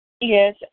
Yes